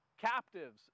captives